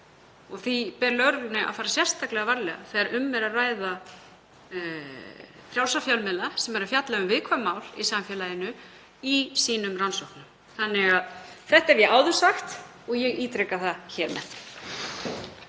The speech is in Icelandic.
og því ber lögreglunni að fara sérstaklega varlega þegar um er að ræða frjálsa fjölmiðla sem eru að fjalla um viðkvæm mál í samfélaginu í sínum rannsóknum. Þetta hef ég áður sagt og ítreka það hér með.